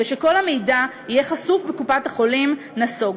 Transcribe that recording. ושכל המידע יהיה חשוף בקופת-החולים נסוגותי.